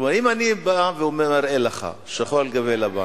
כלומר, אם אני בא ומראה לך שחור על גבי לבן,